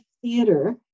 theater